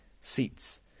seats